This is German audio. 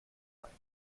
seien